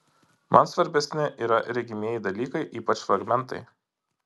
man svarbesni yra regimieji dalykai ypač fragmentai